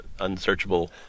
unsearchable